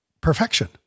perfection